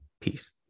Peace